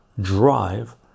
drive